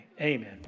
Amen